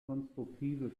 konstruktive